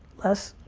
less?